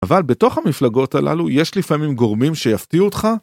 אבל בתוך המפלגות הללו יש לפעמים גורמים שיפתיעו אותך.